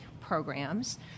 programs